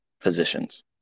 positions